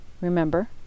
Remember